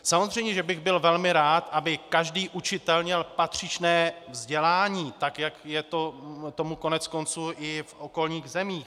Samozřejmě že bych byl velmi rád, aby každý učitel měl patřičné vzdělání, tak jak je tomu koneckonců i v okolních zemích.